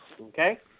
Okay